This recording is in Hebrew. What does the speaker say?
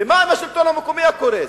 ומה עם השלטון המקומי הקורס?